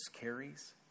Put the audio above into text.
carries